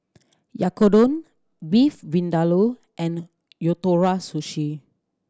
Oyakodon Beef Vindaloo and Ootoro Sushi